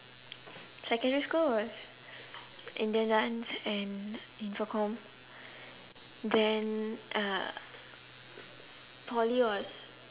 secondary school was indian dance and infocomm then uh poly was